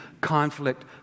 conflict